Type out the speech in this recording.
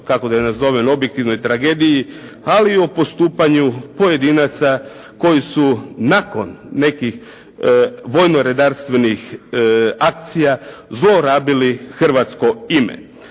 kako da je nazovem, objektivnoj tragediji, ali i postupanju pojedinaca koji su nakon nekih vojno-redarstvenih akcija zlorabili hrvatsko ime.